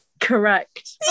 Correct